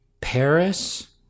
Paris